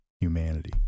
humanity